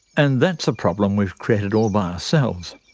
and that's a problem we've created all by ourselves.